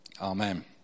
amen